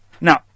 Now